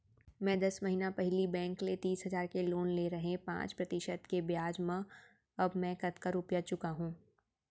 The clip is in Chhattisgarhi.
मैं दस महिना पहिली बैंक ले तीस हजार के लोन ले रहेंव पाँच प्रतिशत के ब्याज म अब मैं कतका रुपिया चुका हूँ?